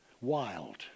Wild